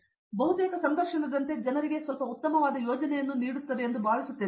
ಅದು ಬಹುತೇಕ ಸಂದರ್ಶನದಂತೆ ಜನರಿಗೆ ಸ್ವಲ್ಪ ಉತ್ತಮವಾದ ಯೋಜನೆಯನ್ನು ನೀಡುತ್ತದೆ ಎಂದು ಭಾವಿಸುತ್ತೇನೆ